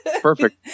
perfect